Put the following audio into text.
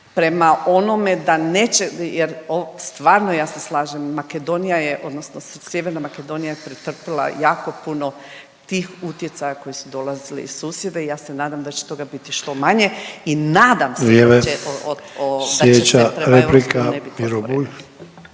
prema onome da neće, jer stvarno ja se slažem Makedonija je, odnosno Sjeverna Makedonija je pretrpila jako puno tih utjecaja koji su dolazili iz susjeda i ja se nadam da će toga biti što manje. I nadam se … …/Upadica